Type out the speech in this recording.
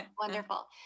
Wonderful